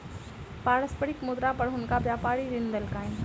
पारस्परिक मुद्रा पर हुनका व्यापारी ऋण देलकैन